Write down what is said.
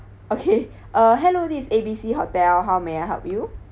okay uh hello this is A B C hotel how may I help you